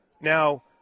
Now